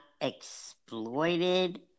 exploited